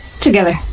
together